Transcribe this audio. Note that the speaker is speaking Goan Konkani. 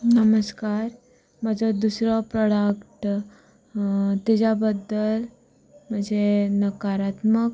नमस्कार म्हाजो दुसरो प्रोडाक्ट तेज्या बद्दल जे नकारात्मक